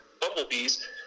bumblebees